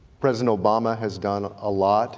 president obama has done a lot